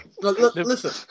Listen